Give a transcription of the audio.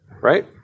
right